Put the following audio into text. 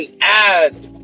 add